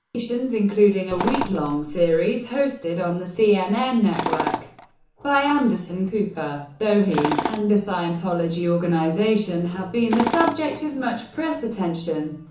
including a weeklong series hosted on the cnn network by anderson cooper. though he and the scientology organization have been the subject of much press attention,